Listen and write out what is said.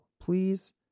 please